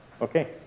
Okay